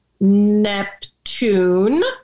Neptune